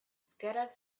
scattered